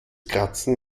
kratzen